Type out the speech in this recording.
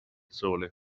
sole